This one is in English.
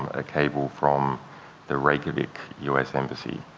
a cable from the reykjavik u s. embassy,